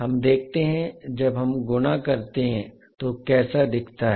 हम देखते हैं कि जब हम गुना करते हैं तो कैसा दिखता है